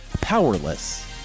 powerless